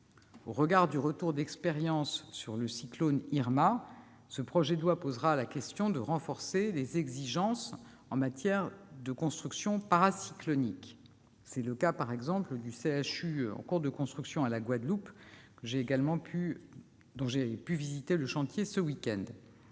Au regard du retour d'expérience sur le cyclone Irma, ce projet de loi posera la question du renforcement des exigences en matière de construction paracyclonique, comme celui qui a été décidé, par exemple, pour le CHU en cours de construction à la Guadeloupe, dont j'ai pu visiter le chantier le week-end